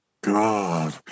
god